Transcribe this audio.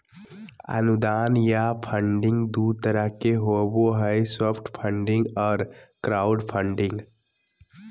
अनुदान या फंडिंग दू तरह के होबो हय सॉफ्ट फंडिंग आर क्राउड फंडिंग